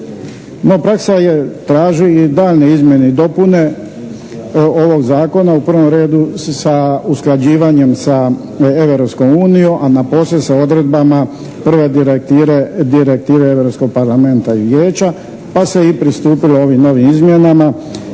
No praksa je traži i daljnje izmjene i dopune ovog Zakona, u prvom redu sa usklađivanjem sa Europskom unijom, a napose sa odredbama prve direktive Europskog Parlamenta i Vijeća pa se i pristupilo ovim novim izmjenama